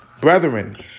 brethren